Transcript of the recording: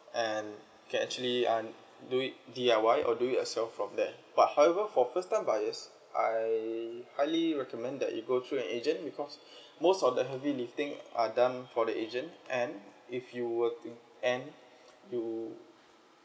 and you can actually um do it D_I_Y or do it yourself from there but however for first time buyers I highly recommend that you go through an agent because most of the heavy lifting are done for the agent and if you were to and you